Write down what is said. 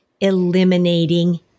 eliminating